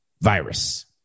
virus